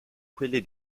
quelli